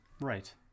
Right